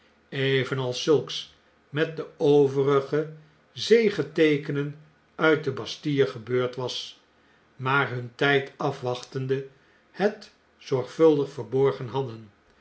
zulks met de overige zegeteekenen nit de bastille gebeurd was maar hun tjjd afwachtende het zorgvuldig verborgen hadden